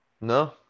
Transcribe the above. No